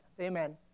Amen